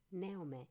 Neome